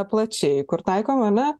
plačiai kur taikoma ane